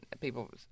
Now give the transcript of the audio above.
people